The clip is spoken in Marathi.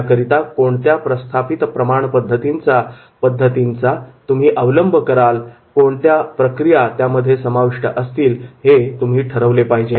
याकरिता कोणत्या प्रस्थापित प्रमाणपद्धतींचा पद्धतींचा तुम्ही अवलंब कराल कोणत्या प्रक्रिया त्यामध्ये समाविष्ट असतील हे तुम्ही ठरवले पाहिजे